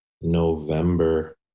November